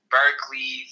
Berkeley